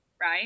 right